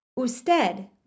Usted